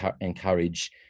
encourage